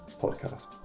podcast